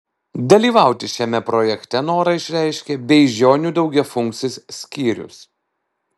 dalyvauti šiame projekte norą išreiškė beižionių daugiafunkcis skyrius